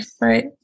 Right